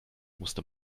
musste